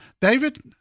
David